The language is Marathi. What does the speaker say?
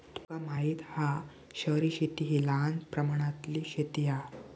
तुका माहित हा शहरी शेती हि लहान प्रमाणातली शेती हा